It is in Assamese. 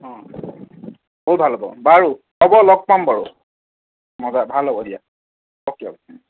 বহুত ভাল হ'ব বাৰু হ'ব লগ পাম বাৰু মজা ভাল হ'ব দিয়া অ'কে অ'কে